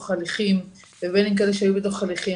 הליכים ובין אם כאלה שהיו בתוך הליכים,